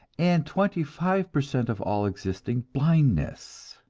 and twenty-five per cent of all existing blindness.